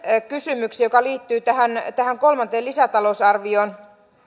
kysymyksen joka liittyy tähän kolmanteen lisätalousarvioon